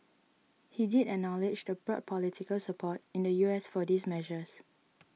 he did acknowledge the broad political support in the U S for these measures